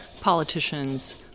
politicians